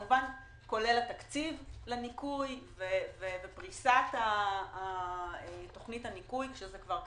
כמובן כולל תקציב לניקוי ופריסת תוכניות הניקוי כשזה כבר קרה.